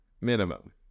minimum